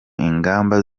ingamba